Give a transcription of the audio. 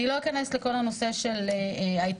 אני לא אכנס לכל הנושא של ההיטלים,